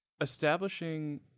Establishing